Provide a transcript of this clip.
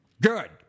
good